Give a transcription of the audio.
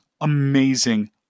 amazing